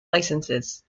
licenses